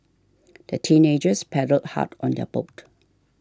the teenagers paddled hard on their boat